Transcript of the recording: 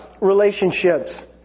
relationships